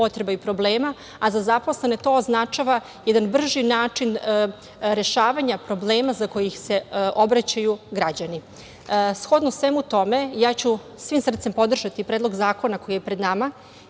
a za zaposlene to označava jedan brži način rešavanja problema za koje se obraćaju građani. Shodno svemu tome, ja ću svim srcem podržati predlog zakona koji je pred nama